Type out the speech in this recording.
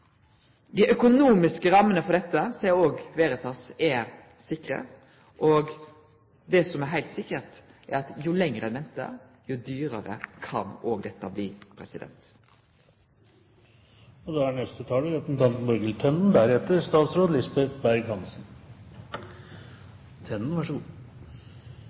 Dei økonomiske rammene for dette seier òg Veritas er sikre. Det som er heilt sikkert, er at jo lenger ein ventar, jo dyrare kan dette